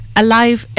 alive